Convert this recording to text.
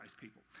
people